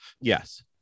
Yes